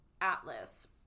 Atlas